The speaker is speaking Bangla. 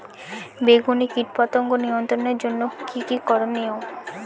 বেগুনে কীটপতঙ্গ নিয়ন্ত্রণের জন্য কি কী করনীয়?